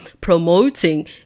promoting